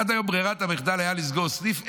עד היום ברירת המחדל הייתה לסגור סניף,